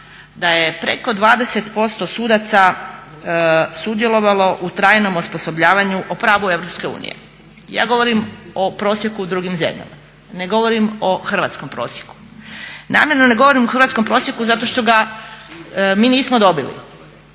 da je preko 20% sudaca sudjelovalo u trajnom osposobljavanju o pravo EU. Ja govorim o prosjeku u drugim zemljama, ne govorim o hrvatskom prosjeku. Namjerno ne govorim o hrvatskom prosjeku zato što ga mi nismo dobili,